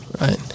Right